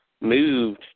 moved